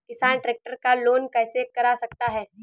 किसान ट्रैक्टर का लोन कैसे करा सकता है?